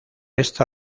esta